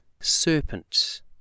Serpent